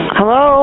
Hello